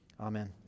Amen